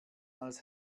als